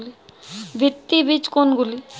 ভিত্তি বীজ কোনগুলি?